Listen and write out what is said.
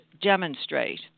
demonstrate